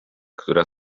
która